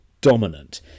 dominant